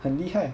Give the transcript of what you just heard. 很厉害